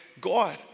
God